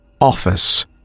Office